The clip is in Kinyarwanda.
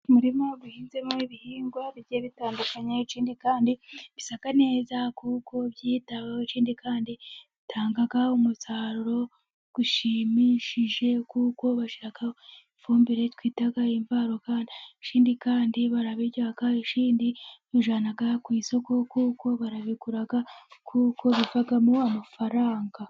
Umurima uhinzemo ibihingwa bigiye bitandukanye, icyindi kandi bisa neza kuko byitaweho, icyindi kandi bitanga umusaruro ushimishije kuko bashyiraho ifumbire twita imvaruganda, cyindi kandi barabirya, icyindi babijyana ku isoko kuko barabigura, kuko bivamo amafaranga.